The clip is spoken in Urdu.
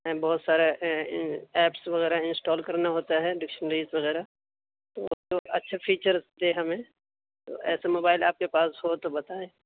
بہت سارے ایپس وغیرہ انسٹال کرنا ہوتا ہے ڈکشنریز وغیرہ تو اچھا فیچر دے ہمیں تو ایسے موبائل آپ کے پاس ہو تو بتائیں